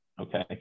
Okay